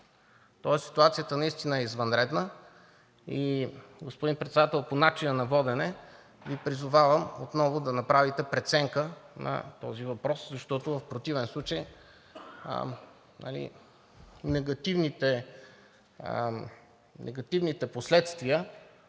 кое е. Ситуацията наистина е извънредна, господин Председател, и по начина на водене Ви призовавам отново да направите преценка на този въпрос, защото в противен случай негативните последствия